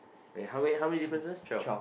wait how many how many differences twelve